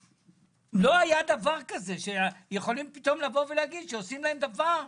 לא היה דבר כזה שיכולים להגיד להם שעושים להם דבר כזה,